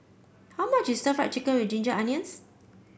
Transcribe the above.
how much is Stir Fried Chicken with Ginger Onions